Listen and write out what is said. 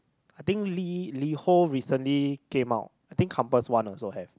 I think Li~ Liho recently came out I think campus one also have